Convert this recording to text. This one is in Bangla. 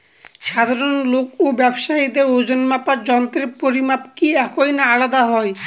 সাধারণ লোক ও ব্যাবসায়ীদের ওজনমাপার যন্ত্রের পরিমাপ কি একই না আলাদা হয়?